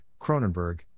Cronenberg